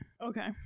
Okay